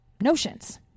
notions